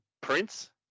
Prince